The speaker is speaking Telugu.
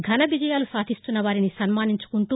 ఘన విజయాలు సాధిస్తున్న వారిని సన్మానించుకుంటూ